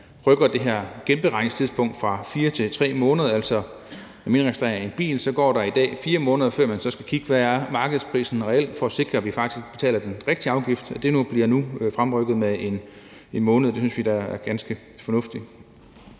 rykker det her genberegningstidspunkt fra 4 til 3 måneder. Altså, når man indregistrerer en bil, går der i dag 4 måneder, før man skal kigge på, hvad markedsprisen reelt er, for at sikre, at vi faktisk betaler den rigtige afgift. Det bliver nu fremrykker med 1 måned, og det synes vi da er ganske fornuftigt.